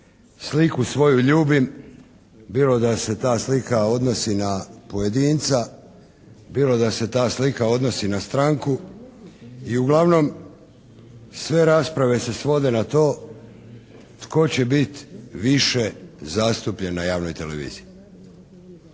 sliku svoju ljubim, bilo da se ta slika odnosi na pojedinca, bilo da se ta slika odnosi na stranku i uglavnom sve rasprave se svode na to tko će biti više zastupljen na javnoj televiziji.